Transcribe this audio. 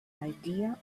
idea